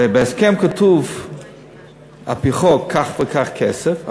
ובהסכם כתוב על-פי חוק כך וכך כסף,